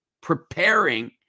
preparing